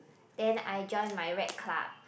then I joined my red club